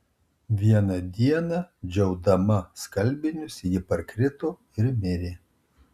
vieną dieną džiaudama skalbinius ji parkrito ir mirė